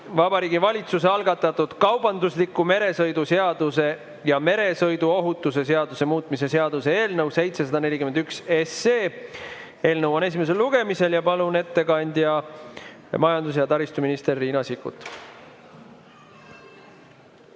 Vabariigi Valitsuse algatatud kaubandusliku meresõidu seaduse ja meresõiduohutuse seaduse muutmise seaduse eelnõu (741 SE). Eelnõu on esimesel lugemisel. Palun, ettekandja majandus- ja taristuminister Riina Sikkut!